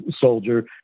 soldier